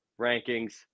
rankings